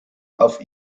auf